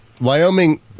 Wyoming